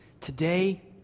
Today